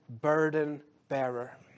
burden-bearer